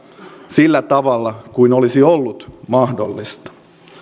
sillä tavalla kuin olisi ollut mahdollista